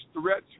threats